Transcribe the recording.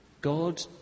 God